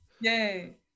Yay